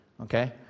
Okay